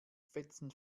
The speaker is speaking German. fetzen